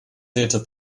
theater